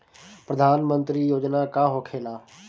प्रधानमंत्री योजना का होखेला?